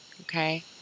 okay